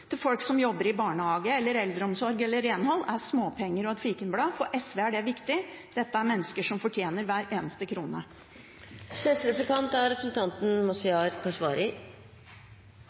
til folk som jobber i barnehage, eldreomsorg eller renhold, er småpenger og et fikenblad. For SV er det viktig. Dette er mennesker som fortjener hver eneste krone. Jeg skal fortsette der Høyres representant avsluttet. Jeg hørte svaret fra representanten